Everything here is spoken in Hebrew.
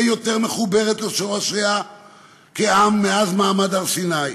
יותר מחוברת לשורשיה כעם מאז מעמד הר-סיני,